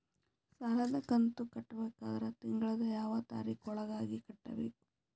ಸಾಲದ ಕಂತು ಕಟ್ಟಬೇಕಾದರ ತಿಂಗಳದ ಯಾವ ತಾರೀಖ ಒಳಗಾಗಿ ಕಟ್ಟಬೇಕು?